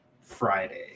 Friday